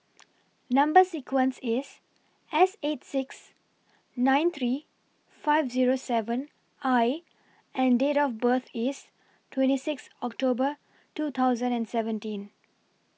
Number sequence IS S eight six nine three five Zero seven I and Date of birth IS twenty six October two thousand and seventeen